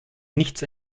nichts